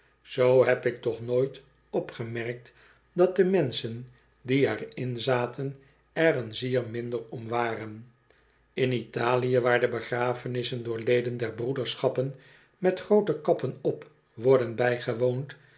zoo heb ik toch nooit opgemerkt dat de menschen die er in zaten er een zier minder om waren in italië waar de begrafenissen door leden der broederschappen met groote kappen op worden bijgewoond